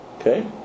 Okay